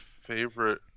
favorite